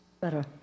better